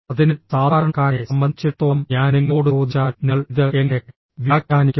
അതിനാൽ സാധാരണക്കാരനെ സംബന്ധിച്ചിടത്തോളം ഞാൻ നിങ്ങളോട് ചോദിച്ചാൽ നിങ്ങൾ ഇത് എങ്ങനെ വ്യാഖ്യാനിക്കും